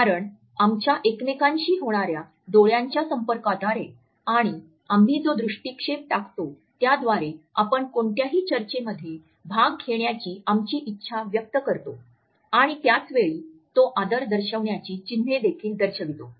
कारण आमच्या एकमेकांशी होण्याऱ्या डोळ्यांच्या संपर्काद्वारे आणि आम्ही जो दृष्टीक्षेप टाकतो त्याद्वारे आपण कोणत्याही चर्चेमध्ये भाग घेण्याची आमची इच्छा व्यक्त करतो आणि त्याच वेळी तो आदर दर्शविण्याची चिन्हे देखील दर्शवितो